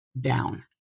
down